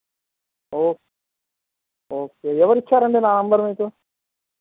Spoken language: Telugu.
ఓకే ఓకే ఎవరిచ్చారండి నా నెంబర్ మీకు